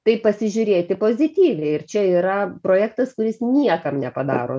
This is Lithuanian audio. tai pasižiūrėti pozityviai ir čia yra projektas kuris niekam nepadaro